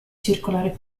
circolare